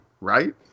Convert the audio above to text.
right